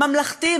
ממלכתי,